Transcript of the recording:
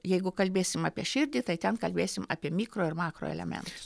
jeigu kalbėsim apie širdį tai ten kalbėsim apie mikro ir makroelementus